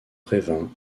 revin